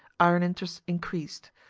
iron interest increased.